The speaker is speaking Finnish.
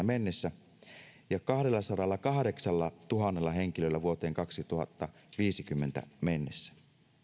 mennessä ja kahdellasadallakahdeksallatuhannella henkilöllä vuoteen kaksituhattaviisikymmentä mennessä